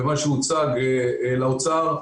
במה שהוצג לאוצר,